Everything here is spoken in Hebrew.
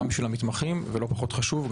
גם בשביל המתמחים ולא פחות חשוב,